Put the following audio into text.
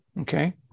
Okay